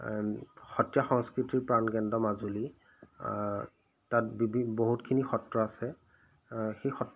সত্ৰীয়া সংস্কৃতিৰ প্ৰাণকেন্দ্ৰ মাজুলী তাত বিব বহুতখিনি সত্ৰ আছে সেই সত